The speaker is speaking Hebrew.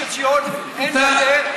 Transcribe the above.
לגוש עציון אין גדר,